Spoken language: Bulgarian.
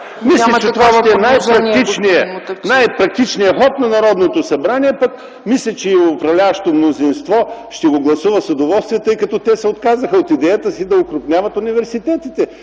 Мисля, че това ще е най-практичният ход на Народното събрание, пък и управляващото мнозинство ще го гласува с удоволствие, тъй като те се отказаха от идеята си да окрупняват университетите,